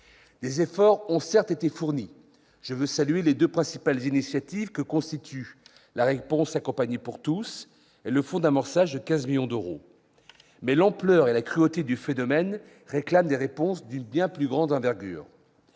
Des efforts ont, certes, été fournis, et je veux saluer les deux principales initiatives que constituent la « réponse accompagnée pour tous » et le fonds d'amorçage de 15 millions d'euros. Toutefois, l'ampleur et la cruauté du phénomène réclament des réponses d'une bien plus grande envergure